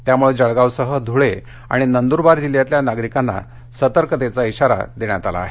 त्यामुळे जळगावसह धुळे आणि नंदुरबार जिल्ह्यातल्या नागरिकांना सतर्कतेचा इशारा देण्यात आला आहे